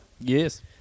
Yes